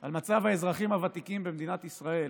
על מצב האזרחים הוותיקים במדינת ישראל,